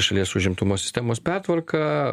šalies užimtumo sistemos pertvarka